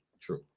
True